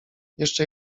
jeszcze